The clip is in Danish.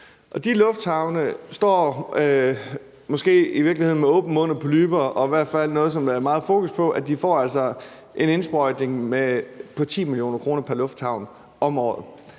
De lufthavne står måske i virkeligheden med åben mund og polypper og har i hvert fald meget fokus på, at de altså får en indsprøjtning på 10 mio. kr. pr. lufthavn om året.